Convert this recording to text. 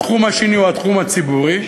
התחום השני הוא התחום הציבורי.